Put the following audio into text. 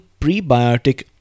prebiotic